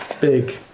big